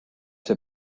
see